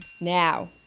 Now